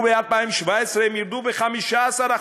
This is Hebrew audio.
וב-2017 הם ירדו ב-15%.